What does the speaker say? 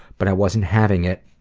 but i wasn't having it,